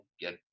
get